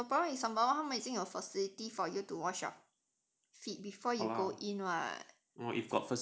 !huh! but the problem is sembawang 他们已经有 facilities for you to wash your feet before you go in [what]